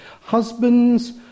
husbands